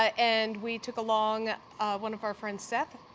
and we took along one of our friends, seth.